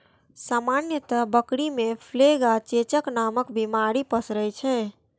सामान्यतः बकरी मे प्लेग आ चेचक नामक बीमारी पसरै छै